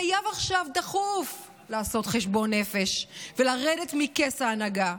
חייב עכשיו דחוף לעשות חשבון נפש ולרדת מכס ההנהגה.